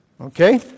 okay